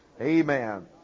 Amen